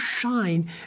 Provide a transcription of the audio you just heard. shine